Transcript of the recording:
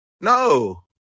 No